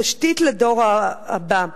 תשתית לדור הבא,